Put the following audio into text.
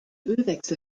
ölwechsel